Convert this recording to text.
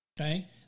okay